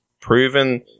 proven